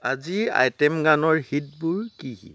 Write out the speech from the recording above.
আজি আইটেম গানৰ হিটবোৰ কি কি